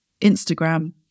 Instagram